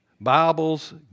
Bibles